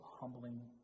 humbling